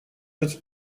het